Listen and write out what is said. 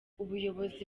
ubuyobozi